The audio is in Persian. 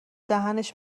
دهنش